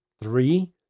Three